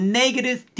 negative